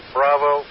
Bravo